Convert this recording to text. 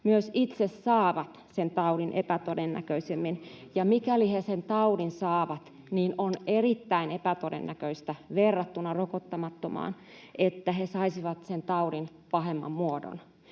että itse saavat sen taudin epätodennäköisemmin, ja mikäli he sen taudin saavat, on erittäin epätodennäköistä verrattuna rokottamattomaan, että he saisivat sen taudin pahemman muodon.